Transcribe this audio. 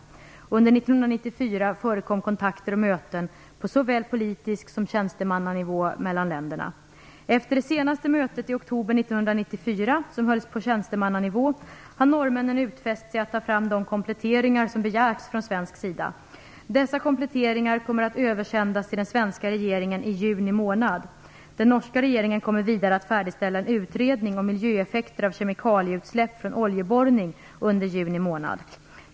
Under 1994 förekom flera kontakter och möten på såväl politisk nivå som tjänstemannanivå mellan länderna. Efter det senaste mötet i oktober 1994, som hölls på tjänstemannanivå, har norrmännen utfäst sig att ta fram de kompletteringar som begärts från svensk sida. Dessa kompletteringar kommer att översändas till den svenska regeringen i juni månad. Den norska regeringen kommer vidare att färdigställa en utredning om miljöeffekter av kemikalieutsläpp från oljeborrning under juni månad.